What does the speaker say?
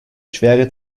schwere